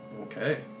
Okay